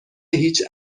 هیچ